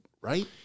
right